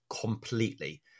completely